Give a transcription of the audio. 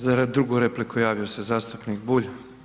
Za drugu repliku javio se zastupnik Bulj.